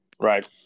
right